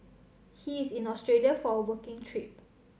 he is in Australia for a working trip